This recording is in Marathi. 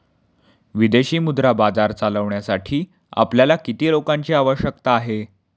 विदेशी मुद्रा बाजार चालविण्यासाठी आपल्याला किती लोकांची आवश्यकता आहे?